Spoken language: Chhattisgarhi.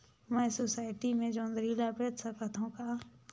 मैं सोसायटी मे जोंदरी ला बेच सकत हो का?